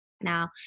now